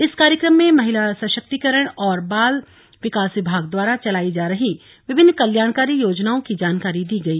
इस कार्यक्रम में महिला सशक्तिकरण और बाल विकास विभाग द्वारा चलाई जा रही विभिन्न कल्याणकारी योजनाओं की जानकारी दी गई